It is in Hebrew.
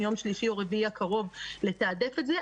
מיום שלישי או רביעי הקרוב לתעדף את זה.